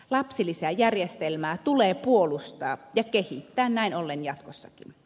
lapsilisäjärjestelmää tulee puolustaa ja kehittää näin ollen jatkossakin